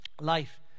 life